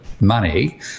money